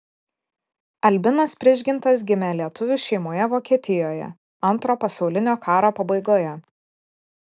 albinas prižgintas gimė lietuvių šeimoje vokietijoje antro pasaulinio karo pabaigoje